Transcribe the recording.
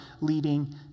leading